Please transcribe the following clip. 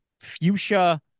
fuchsia